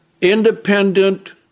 independent